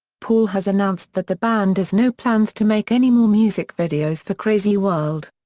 paul has announced that the band has no plans to make any more music videos for crazy world.